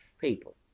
people